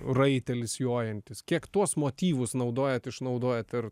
raitelis jojantis kiek tuos motyvus naudojat išnaudojat ir